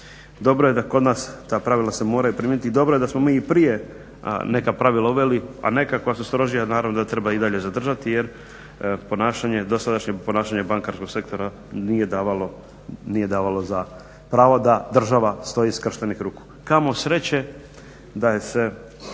Dobro je da kod nas ta pravila se moraju primijeniti i dobro je da smo mi i prije neka pravila uveli, a neka koja su strožija naravno da treba i dalje zadržati jer ponašanje, dosadašnje ponašanje bankarskog sektora nije davalo za pravo da država stoji skrštenih ruku. Kamo sreće da se